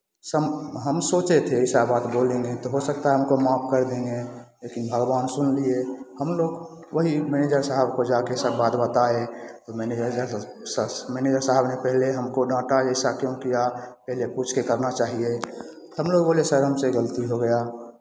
सम हम सोचे थे ऐसा बात बोलेंगे तो हो सकता है हमको माफ़ कर देंगे लेकिन भगवान सुन लिए हम लोग वही मैनेज़र साहब को जाके सब बात बताए तो मैनेज़र मैनेज़र साहब ने पहले हमको डाँटा ऐसा क्यों किया पहले पूछ के करना चाहिए हम लोग बोले सर हमसे गलती हो गया